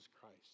Christ